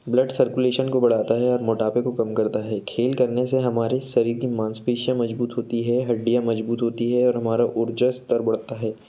blood circulation को बढ़ाता है और मोटापे को कम करता है खेल करने से हमारे शरीर की मांसपेशियाँ मज़बूत होती हैं हड्डियाँ मज़बूत होती हैं और हमारी ऊर्जा स्तर बढ़ता है